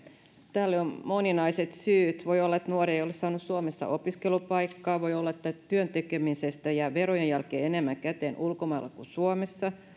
tälle on moninaiset syyt voi olla että nuori ei ole saanut suomessa opiskelupaikkaa voi olla että työn tekemisestä jää verojen jälkeen enemmän käteen ulkomailla kuin suomessa